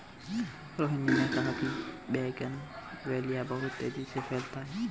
रोहिनी ने कहा कि बोगनवेलिया बहुत तेजी से फैलता है